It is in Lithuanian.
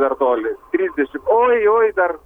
dar toli trisdešim oj oj dar